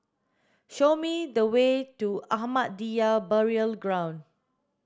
show me the way to Ahmadiyya Burial Ground